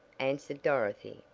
answered dorothy,